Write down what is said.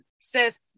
says